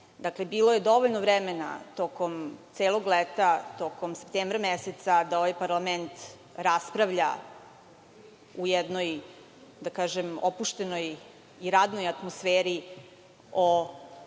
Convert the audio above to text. godine. Bilo je dovoljno vremena tokom celog leta, tokom septembra meseca da ovaj parlament raspravlja u jednoj opuštenoj i radnoj atmosferi o